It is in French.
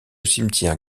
cimetière